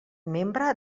membre